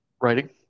writing